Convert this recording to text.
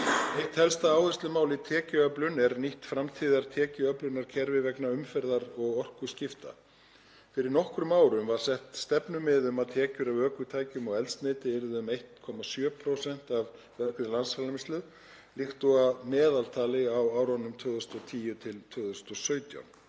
Eitt helsta áherslumál í tekjuöflun er nýtt framtíðartekjuöflunarkerfi vegna umferðar og orkuskipta. Fyrir nokkrum árum var sett stefnumið um að tekjur af ökutækjum og eldsneyti yrðu 1,7% af vergri landsframleiðslu líkt og að meðaltali á árunum 2010–2017.